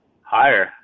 Higher